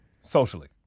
socially